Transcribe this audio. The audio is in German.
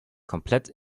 komplett